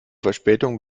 verspätung